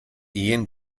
ehen